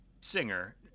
singer